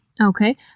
Okay